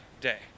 day